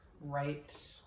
right